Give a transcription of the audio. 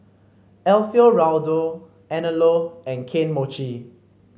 Alfio Raldo Anello and Kane Mochi